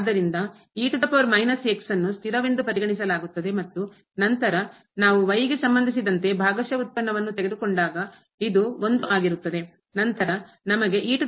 ಆದ್ದರಿಂದ ಅನ್ನು ಸ್ಥಿರವೆಂದು ಪರಿಗಣಿಸಲಾಗುತ್ತದೆ ಮತ್ತು ನಂತರ ನಾವು ಗೆ ಸಂಬಂಧಿಸಿದಂತೆ ಭಾಗಶಃ ವ್ಯುತ್ಪನ್ನವನ್ನು ತೆಗೆದುಕೊಂಡಾಗ ಇದು 1 ಆಗಿರುತ್ತದೆ ನಂತರ ನಮಗೆ ಸಿಗುತ್ತದೆ